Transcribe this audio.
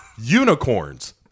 Unicorns